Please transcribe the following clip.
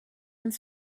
uns